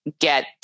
get